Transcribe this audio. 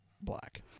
black